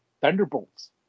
Thunderbolts